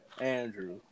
Andrew